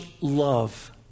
love